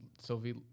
Sylvie